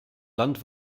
land